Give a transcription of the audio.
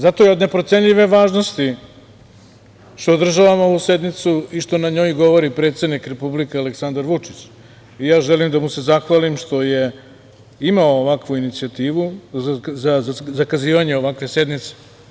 Zato je od neprocenljive važnosti što održavamo ovu sednicu i što na njoj govori predsednik Republike Aleksandar Vučić i ja želim da mu se zahvalim što je imao ovakvu inicijativu za zakazivanje ovakve sednice.